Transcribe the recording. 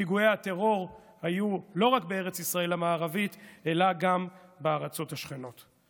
ופיגועי הטרור היו לא רק בארץ ישראל המערבית אלא גם בארצות השכנות.